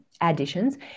additions